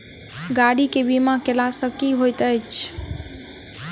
गाड़ी केँ बीमा कैला सँ की होइत अछि?